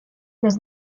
des